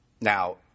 Now